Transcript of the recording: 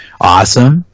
awesome